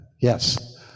Yes